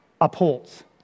upholds